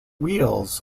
wheels